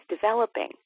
developing